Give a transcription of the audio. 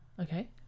Okay